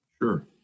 Sure